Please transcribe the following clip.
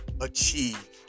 Achieve